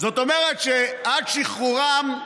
זאת אומרת שעד שחרורם,